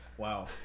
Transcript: Wow